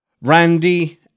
Randy